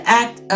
act